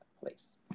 place